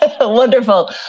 wonderful